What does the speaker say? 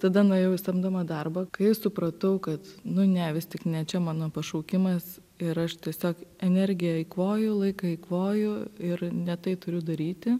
tada nuėjau į samdomą darbą kai supratau kad nu ne vis tik ne čia mano pašaukimas ir aš tiesiog energiją eikvoju laiką eikvoju ir ne tai turiu daryti